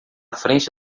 frente